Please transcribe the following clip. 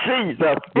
Jesus